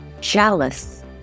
jealous